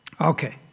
Okay